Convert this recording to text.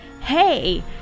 Hey